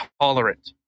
tolerant